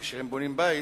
כשהם בונים בית,